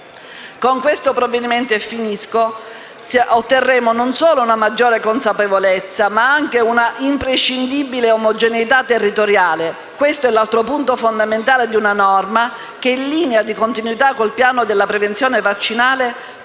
Con questo provvedimento otterremo non solo una maggiore consapevolezza ma anche una imprescindibile omogeneità territoriale: questo è l'altro punto fondamentale di una norma che, in linea di continuità con il piano della prevenzione vaccinale,